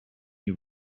you